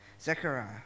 Zechariah